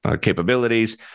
Capabilities